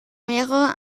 mehrere